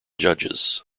judges